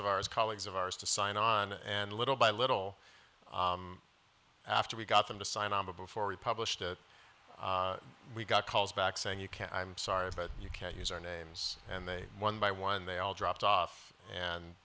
of ours colleagues of ours to sign on and little by little after we got them to sign on but before we published it we got calls back saying you can't i'm sorry but you can't use our names and they one by one they all dropped off and